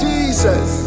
Jesus